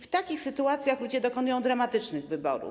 W takich sytuacjach ludzie dokonują dramatycznych wyborów.